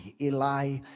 Eli